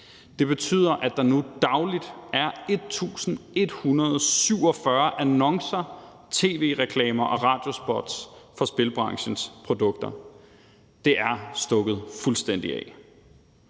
Det betyder, at der nu dagligt er 1.147 annoncer, tv-reklamer og radiospots for spilbranchens produkter. Det er stukket fuldstændig af.